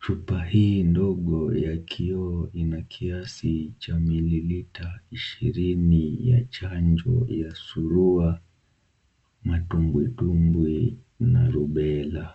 chupa hii ndogo ya kioo ina kiasi cha milimita ishirini ya chanjo ya surua, matumbwitumbwi na rubella .